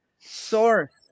source